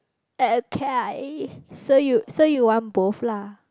okay so you so you want both lah